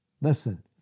Listen